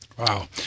Wow